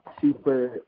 super –